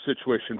situation